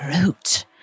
root